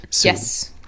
yes